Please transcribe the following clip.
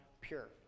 pure